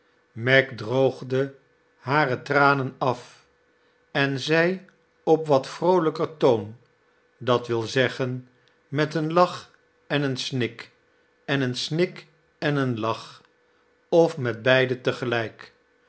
meg droogde hare tranen af en zei op wat vroolijker toon d w z met een lach en een snik en een sink en een lack of met beide